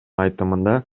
айтымында